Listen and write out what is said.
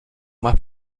más